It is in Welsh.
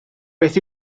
beth